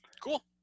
cool